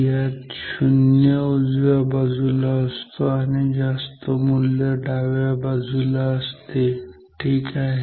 यात 0 उजव्या बाजूला असतो आणि जास्त मूल्य डाव्या बाजूला असते ठीक आहे